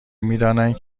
میدانند